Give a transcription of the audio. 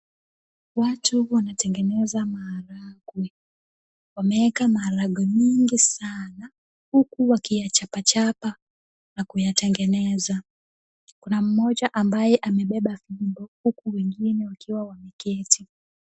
Watu wanatengeneza maharagwe. Wameweka maharagwe mingi sana, huku wakiyachapa chapa na kuyatengeneza. Kuna mmoja ambaye amebeba fimbo, huku wengine wakiwa wameketi.